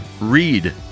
read